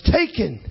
taken